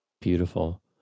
Beautiful